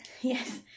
Yes